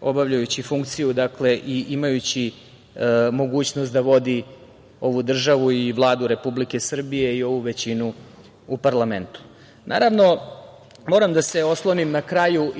obavljajući funkciju i imajući mogućnost da vodi ovu državu i Vladu Republike Srbije i ovu većinu u parlamentu. Naravno, moram da se osvrnem na kraju